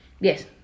yes